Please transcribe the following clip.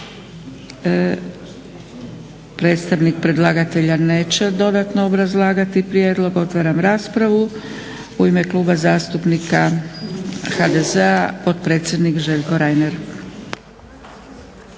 Predstavnik predlagatelja neće dodatno obrazlagati prijedlog. Otvaram raspravu. U ime Kluba zastupnika HDZ-a potpredsjednik Željko Reiner.